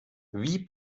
wie